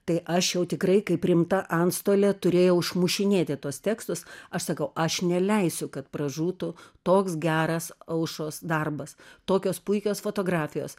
tai aš jau tikrai kaip rimta antstolė turėjau išmušinėti tuos tekstus aš sakau aš neleisiu kad pražūtų toks geras aušros darbas tokios puikios fotografijos